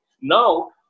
Now